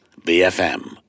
BFM